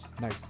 Nice